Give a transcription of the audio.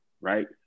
right